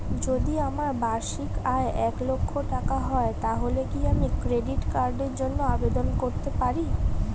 যদি আমার বার্ষিক আয় এক লক্ষ টাকা হয় তাহলে কি আমি ক্রেডিট কার্ডের জন্য আবেদন করতে পারি?